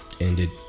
ended